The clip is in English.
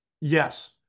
Yes